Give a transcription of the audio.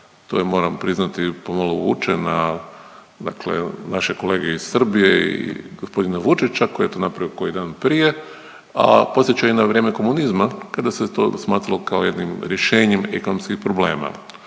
to je moram priznati pomalo vuče na dakle naše kolege iz Srbije i gospodina Vučića koji je to napravio koji dan prije, a podsjeća i na vrijeme komunizma kada se to smatralo kao jednim rješenjem ekonomskih problema.